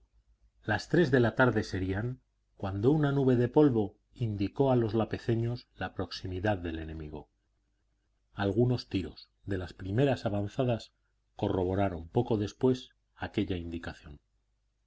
las tres de la tarde serían cuando una nube de polvo indicó a los lapezeños la proximidad del enemigo algunos tiros de las primeras avanzadas corroboraron poco después aquella indicación